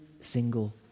single